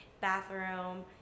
bathroom